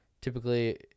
typically –